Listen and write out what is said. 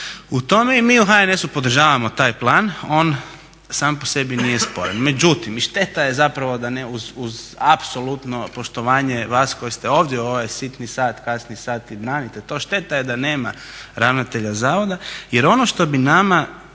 u tome i mi u HNS-u podržavamo taj plan, on sam po sebi nije sporan. Međutim, šteta je zapravo da uz apsolutno poštovanje vas koji ste ovdje u ovaj sitni sat, kasni sat i branite to, šteta je da nema ravnatelja zavoda jer ono što bi nama